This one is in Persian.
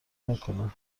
نکنه